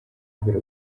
imbere